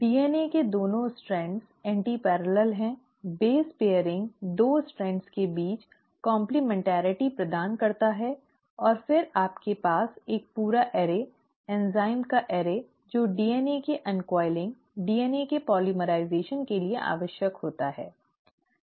DNA के 2 strands antiparallel हैं base pairing 2 strands के बीच काम्प्लिमेन्टैरिटी प्रदान करता है और फिर आपके पास एक पूरा एरे एंज़ाइम्स का एरे जो डीएनए के अन्कॉइलिंग डीएनए के पॉलीमराइजेशन के लिए आवश्यक होता है